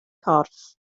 corff